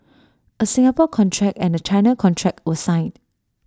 A Singapore contract and A China contract were signed